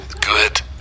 Good